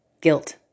Guilt